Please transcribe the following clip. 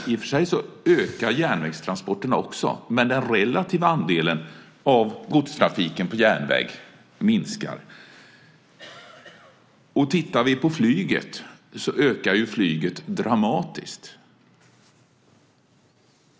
I och för sig ökar järnvägstransporterna också, men den relativa andelen av godstrafiken på järnväg minskar. Också flyget ökar dramatiskt.